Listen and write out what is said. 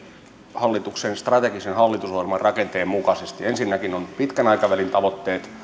hallituksen strategisen hallitusohjelman rakenteen mukaisesti ensinnäkin ovat pitkän aikavälin tavoitteet